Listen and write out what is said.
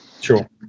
sure